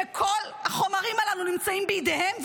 כל החומרים הללו נמצאים בידיהם,